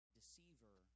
deceiver